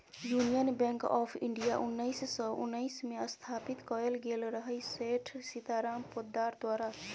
union bank of India उन्नैस सय उन्नैसमे स्थापित कएल गेल रहय सेठ सीताराम पोद्दार द्वारा